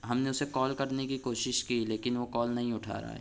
ہم نے اسے کال کرنے کی کوشش کی لیکن وہ کال نہیں اٹھا رہا ہے